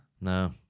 no